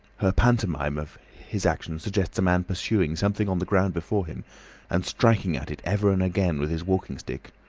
her pantomime of his action suggests a man pursuing something on the ground before him and striking at it ever and again with his walking-stick.